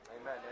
Amen